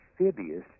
amphibious